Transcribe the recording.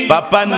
Papa